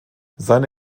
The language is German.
seine